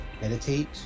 meditate